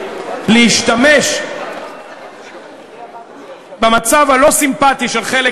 מעדיפים להשתמש במצב הלא-סימפתי של חלק